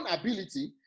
ability